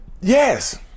Yes